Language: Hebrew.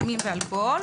סמים ואלכוהול,